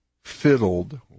fiddled